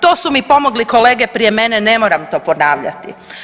To su mi pomogli kolege prije mene, ne moram to ponavljati.